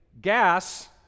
gas